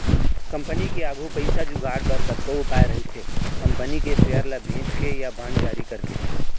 company के आघू पइसा जुगाड़ बर कतको उपाय रहिथे कंपनी के सेयर ल बेंच के या बांड जारी करके